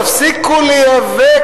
תפסיקו להיאבק,